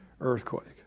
earthquake